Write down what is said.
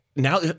Now